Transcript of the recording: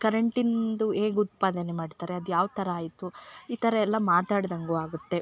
ಕರೆಂಟಿಂದು ಹೇಗ್ ಉತ್ಪಾದನೆ ಮಾಡ್ತಾರೆ ಅದು ಯಾವ ಥರ ಆಯಿತು ಈ ಥರ ಎಲ್ಲ ಮಾತಡ್ದಾಂಗು ಆಗುತ್ತೆ